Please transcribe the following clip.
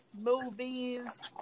movies